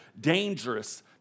dangerous